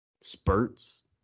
spurts